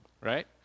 Right